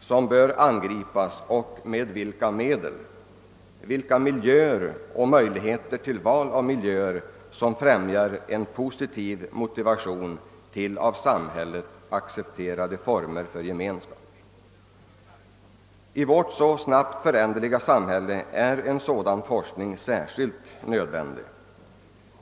som bör angripas och med vilka medel, vilka miljöer och möjligheter till val av miljöer som främjar en positiv motivation till av samhället accepterade former för gemenskap. I vårt så snabbt föränderliga samhälle är en sådan forskning särskilt nödvändig.